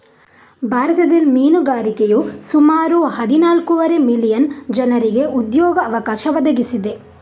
ಭಾರತದಲ್ಲಿ ಮೀನುಗಾರಿಕೆಯು ಸುಮಾರು ಹದಿನಾಲ್ಕೂವರೆ ಮಿಲಿಯನ್ ಜನರಿಗೆ ಉದ್ಯೋಗ ಅವಕಾಶ ಒದಗಿಸಿದೆ